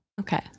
Okay